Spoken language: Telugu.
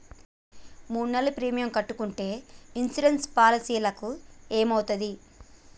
మూడు నెలలు ప్రీమియం కట్టకుంటే ఇన్సూరెన్స్ పాలసీకి ఏమైతది?